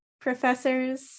professors